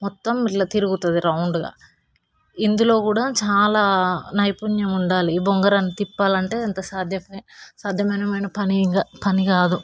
మొత్తం ఇలా తిరుగుతుంది రౌండ్గా ఇందులో కూడా చాలా నైపుణ్యం ఉండాలి ఈ బొంగరం తిప్పాలంటే అంత సాధ్యమైన సాధ్యమైన పనేం పని కాదు